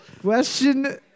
Question